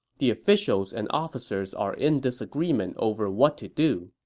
the officials and officers are in disagreement over what to do.